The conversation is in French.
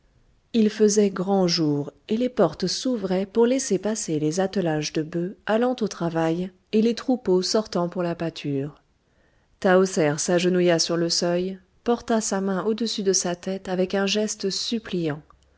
il faisait grand jour et les portes s'ouvraient pour laisser passer les attelages de bœufs allant au travail et les troupeaux sortant pour la pâture tahoser s'agenouilla sur le seuil porta sa main au-dessus de sa tête avec un geste suppliant